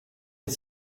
est